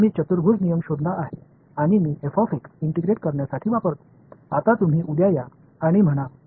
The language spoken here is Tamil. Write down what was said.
இப்போது நீங்கள் நாளை வந்து நான் ஒருங்கிணைக்க விரும்பவில்லை என்று கூறுவீர்கள் அங்கு g என்பது வேறுபட்ட செயல்பாடு